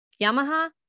Yamaha